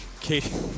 Katie